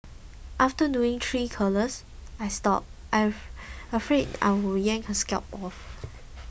after doing three curlers I stopped afraid that I would yank her scalp off